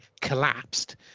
collapsed